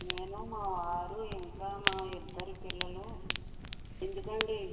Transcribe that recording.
నేను మా వారు ఇంకా మా ఇద్దరి పిల్లలు ఎందుకండి